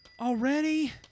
Already